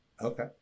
Okay